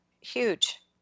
huge